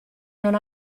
non